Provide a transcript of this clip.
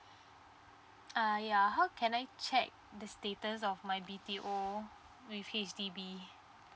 uh ya how can I check the status of my B_T_O with H_D_B